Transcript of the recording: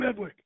Medwick